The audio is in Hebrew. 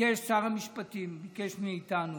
שר המשפטים ביקש מאיתנו